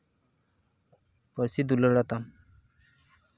ᱯᱟᱹᱨᱥᱤ ᱫᱩᱞᱟᱹᱲ ᱟᱛᱟᱢ